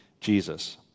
Jesus